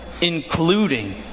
including